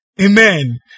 Amen